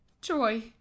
Joy